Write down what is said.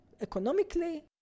economically